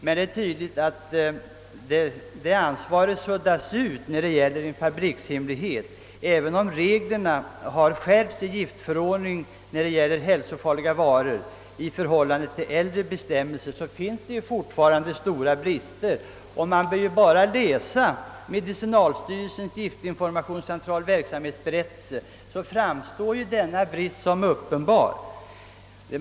Men det är tydligt att detta ansvar suddas ut när det gäller en fabrikshemlighet, och även om reglerna i giftförordningen har skärpts beträffande hälsofarliga varor finns det fortfarande stora brister. Läser man medicinalstyrelsens = giftinformationscentrals verksamhetsberättelse framstår denna brist som uppenbar.